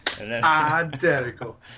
Identical